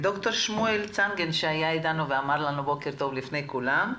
ד"ר שמואל צנגן שהיה איתנו ואמר לנו בוקר טוב לפני כולם,